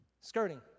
Skirting